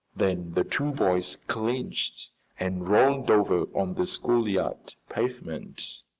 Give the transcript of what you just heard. then the two boys clinched and rolled over on the schoolyard pavement.